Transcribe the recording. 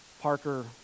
Parker